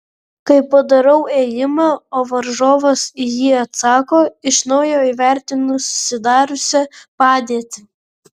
kai padarau ėjimą o varžovas į jį atsako iš naujo įvertinu susidariusią padėtį